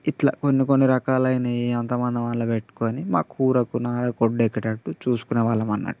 ఇట్లా కొన్నికొన్ని రకాలయినవి అంతమందం మొదలుపెట్టుకొని మా కూరకు నారకు ఒడ్డెక్కేటట్టు చూస్కునేవాళ్ళమన్నట్టు